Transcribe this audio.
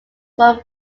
from